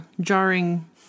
jarring